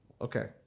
okay